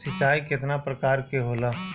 सिंचाई केतना प्रकार के होला?